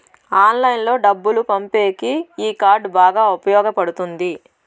ఆన్లైన్లో డబ్బులు పంపేకి ఈ కార్డ్ బాగా ఉపయోగపడుతుంది